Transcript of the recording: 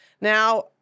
Now